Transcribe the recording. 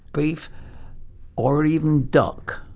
beef or even duck.